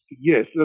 Yes